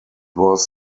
was